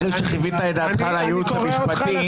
אחרי שחיווית את דעתך על הייעוץ המשפטי